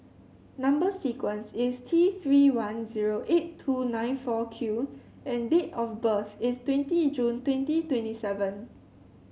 number sequence is T Three one zero eight two nine four Q and date of birth is twenty June twenty twenty seven